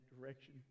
direction